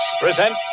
present